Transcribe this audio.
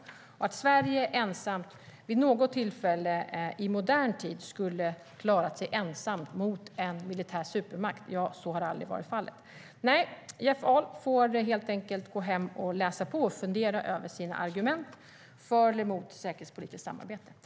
Att Sverige vid något tillfälle i modern tid skulle klara sig ensamt mot en militär supermakt har det aldrig varit fråga om.